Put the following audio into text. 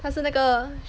他是那个